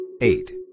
Eight